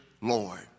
Lord